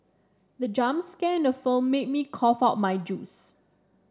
the jump scare in the film made me cough out my juice